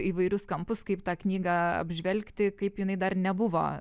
įvairius kampus kaip tą knygą apžvelgti kaip jinai dar nebuvo